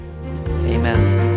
Amen